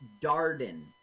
Darden